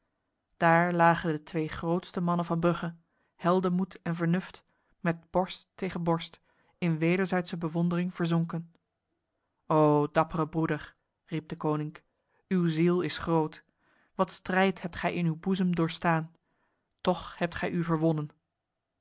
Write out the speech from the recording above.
daar lagen de twee grootste mannen van brugge heldenmoed en vernuft met borst tegen borst in wederzijdse bewondering verzonken o dappere broeder riep deconinck uw ziel is groot wat strijd hebt gij in uw boezem doorstaan toch hebt gij u verwonnen